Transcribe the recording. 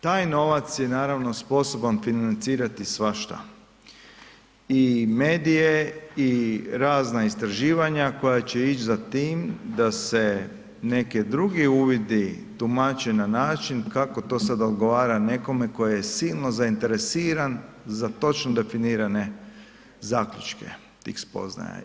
Taj novac je, naravno sposoban financirati svašta i medije i razna istraživanja koja će ić za tim da se neke drugi uvidi tumače na način kako to sada odgovara nekome ko je silno zainteresiran za točno definirane zaključke tih spoznaja.